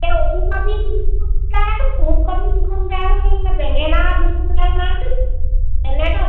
এই ওলকবি দুই কুইণ্টেল ফুলকবি দুই কুইণ্টেল বেঙেনা দুই কুইণ্টেলমান এনেধৰণে